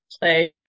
play